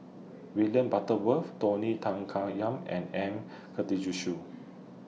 William Butterworth Tony Tan Yam and M Karthigesu